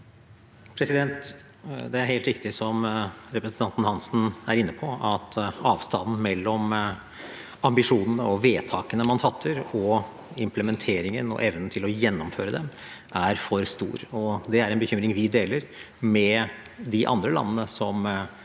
Det er helt riktig som representanten Hansen er inne på, at avstanden mellom ambisjonene man har, og vedtakene man fatter, og implementeringen og evnen til å gjennomføre det er for stor. Det er en bekymring vi deler med de andre landene som har mottatt